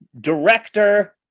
director